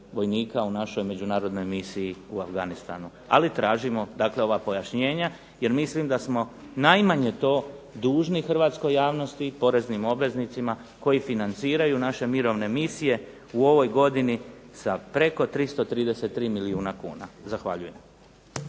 u našoj Međunarodnoj misiji u Afganistanu. Ali, tražimo ova pojašnjenja jer mislim da smo najmanje to dužni hrvatskoj javnosti, poreznim obveznicima koji financiraju naše mirovne misije u ovoj godini sa preko 333 milijuna kuna. Zahvaljujem.